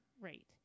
Right